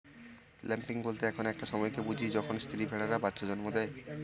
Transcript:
lambing বলতে এমন একটা সময়কে বুঝি যখন স্ত্রী ভেড়ারা বাচ্চা জন্ম দেয়